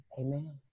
amen